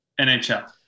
NHL